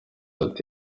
ati